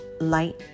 light